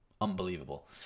Unbelievable